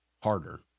harder